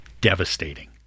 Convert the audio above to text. devastating